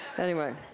anyway,